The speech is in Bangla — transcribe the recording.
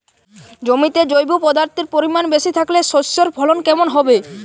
জমিতে জৈব পদার্থের পরিমাণ বেশি থাকলে শস্যর ফলন কেমন হবে?